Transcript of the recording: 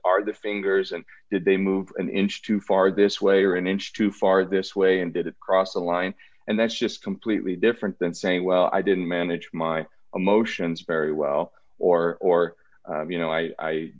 are the fingers and did they move an inch too far this way or an inch too far this way and did it cross the line and that's just completely different than saying well i didn't manage my emotions very well or or you know i